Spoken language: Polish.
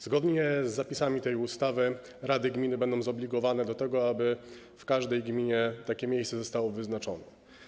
Zgodnie z zapisami tej ustawy rady gmin będą zobligowane do tego, aby w każdej gminie takie miejsce zostało wyznaczone.